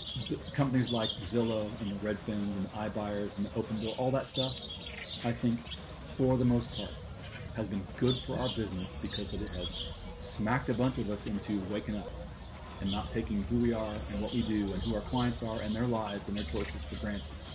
the companies like zillow and the red fins and i buyers and the open door all that stuff i think for the most part has been good for our business because it it has smacked a bunch of us into wakin up and not taking who we are and what we do and who our clients are and their lives and their choices for granted